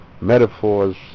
metaphors